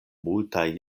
multaj